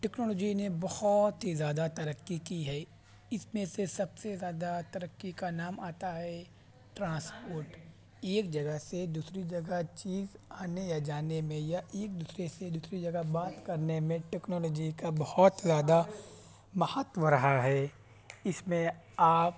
technology نے بہت ہی زیادہ ترقی کی ہے اس میں سے سب سے زیادہ ترقی کا نام آتا ہے ٹرانسپورٹ یہ ایک جگہ سے دوسری جگہ چیز آنے یا جانے میں یا ایک دوسرے سے دوسری جگہ بات کرنے میں ٹیکنالوجی کا بہت زیادہ مہتو رہا ہے اس میں آپ